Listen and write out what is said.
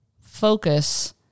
focus